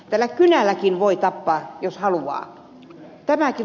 tällä kynälläkin voi tappaa jos haluaa